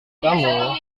kamu